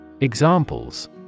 Examples